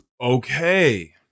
Okay